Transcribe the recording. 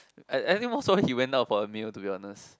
I I think most probably he went down for a meal to be honest